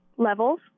levels